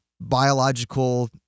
biological